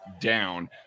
down